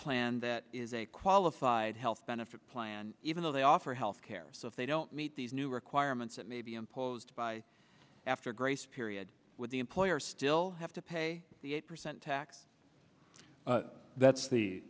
plan that is a qualified health benefit plan even though they offer health care so if they don't meet these new requirements it may be imposed by after a grace period with the employer still have to pay the eight percent tax that's the